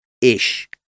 ish